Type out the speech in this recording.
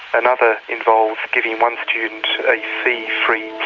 another involves giving one student a fee-free